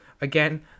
again